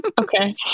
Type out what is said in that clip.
Okay